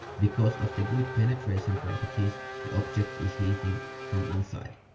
because of the good penetration properties the object is heating from inside.